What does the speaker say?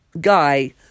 guy